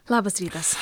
labas rytas